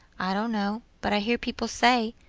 i don't know, but i hear people say,